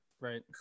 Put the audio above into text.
Right